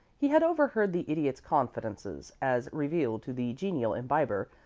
he had overheard the idiot's confidences, as revealed to the genial imbiber,